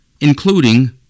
including